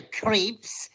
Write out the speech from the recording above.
creeps